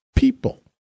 people